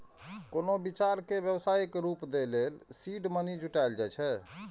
कोनो विचार कें व्यावसायिक रूप दै लेल सीड मनी जुटायल जाए छै